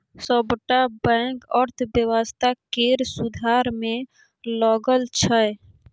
सबटा बैंक अर्थव्यवस्था केर सुधार मे लगल छै